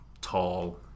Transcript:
tall